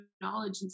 knowledge